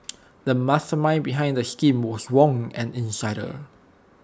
the mastermind behind the scheme was Wong an insider